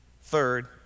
Third